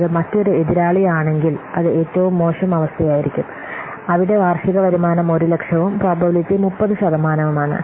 അത് മറ്റൊരു എതിരാളിയാണെങ്കിൽ അത് ഏറ്റവും മോശം അവസ്ഥയായിരിക്കും അവിടെ വാർഷിക വരുമാനം 100000 ഉം പ്രോബബിലിറ്റി 30 ശതമാനവുമാണ്